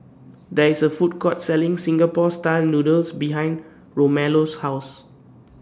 There IS A Food Court Selling Singapore Style Noodles behind Romello's House